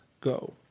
go